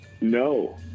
No